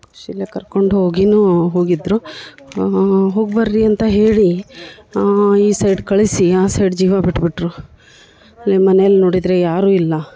ಖುಷಿಲ್ಲೇ ಕರ್ಕೊಂಡು ಹೋಗಿಯೂ ಹೋಗಿದ್ದರು ಹೋಗಿ ಬನ್ರಿ ಅಂತ ಹೇಳಿ ಈ ಸೈಡ್ ಕಳಿಸಿ ಆ ಸೈಡ್ ಜೀವ ಬಿಟ್ಟುಬಿಟ್ರು ಅವ್ರ ಮನೆಲ್ಲಿ ನೋಡಿದರೆ ಯಾರೂ ಇಲ್ಲ